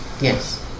Yes